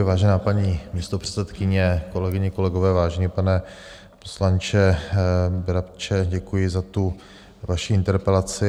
Vážená paní místopředsedkyně, kolegyně, kolegové, vážený pane poslanče Brabče, děkuji za tu vaši interpelaci.